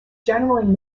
generally